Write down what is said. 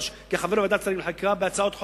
וכחבר ועדת שרים לחקיקה בהצעות חוק,